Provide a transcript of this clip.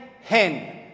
hen